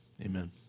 Amen